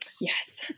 Yes